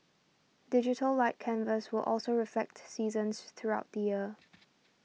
Digital Light Canvas will also reflect seasons throughout the year